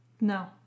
No